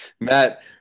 Matt